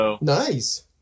Nice